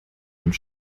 und